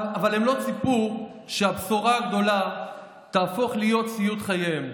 אבל הם לא ציפו שהבשורה הגדולה תהפוך להיות סיוט חייהם,